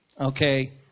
Okay